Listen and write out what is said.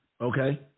Okay